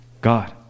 God